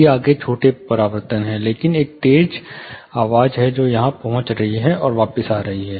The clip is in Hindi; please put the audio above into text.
ये आगे छोटे परावर्तन हैं लेकिन एक तेज आवाज है जो यहां पहुंच रही है और वापस आ रही है